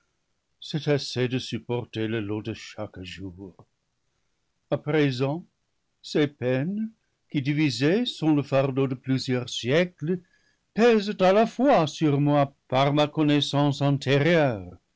c'est assez de supporter le lot de chaque jour a présent ces peines qui divisées sont le fardeau de plusieurs siècles pèsent à la fois sur moi par ma connaissance antérieure